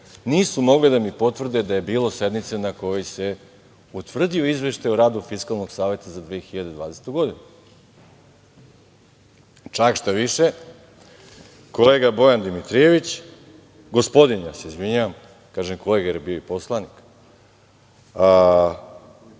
nisu mogli da mi potvrde da je bilo sednice na kojoj se utvrdio Izveštaj o radu Fiskalnog saveta za 2020. godinu. Čak šta više, kolega Bojan Dimitrijević, gospodin, ja se izvinjavam, kažem kolega, jer je bio i poslanik,